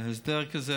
הסדר כזה